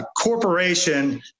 Corporation